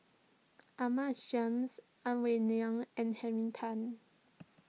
Ahmad Jais Ang Wei Neng and Henry Tan